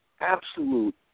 Absolute